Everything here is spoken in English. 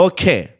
Okay